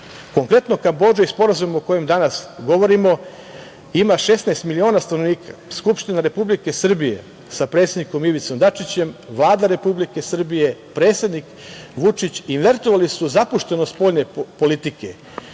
sobom. Konkretno, Kambodža i Sporazum o kome danas govorimo, ima 16 miliona stanovnika. Skupština Republike Srbije, sa predsednikom Ivicom Dačićem, Vlada Republike Srbije, predsednik Vučić, invertovali su zapuštenost spoljne politike,